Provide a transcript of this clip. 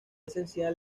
esencial